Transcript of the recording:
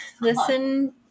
listen